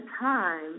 time